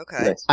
Okay